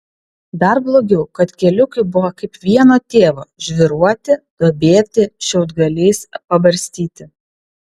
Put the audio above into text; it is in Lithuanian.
dar blogiau kad keliukai buvo kaip vieno tėvo žvyruoti duobėti šiaudgaliais pabarstyti